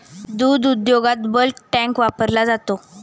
दुग्ध उद्योगात bulk tank वापरला जातो